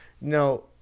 No